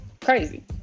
crazy